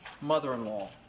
mother-in-law